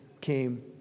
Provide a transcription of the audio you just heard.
came